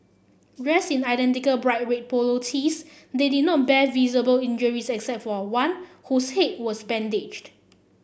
dressed in identical bright red polo tees they did not bear visible injuries except for one whose head was bandaged